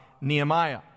Nehemiah